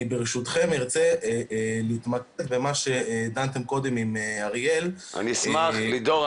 אני ברשותכם ארצה להתמקד במה שדנתם קודם עם אריאל --- לידור,